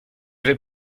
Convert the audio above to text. vais